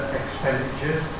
expenditures